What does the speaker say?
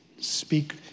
speak